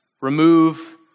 remove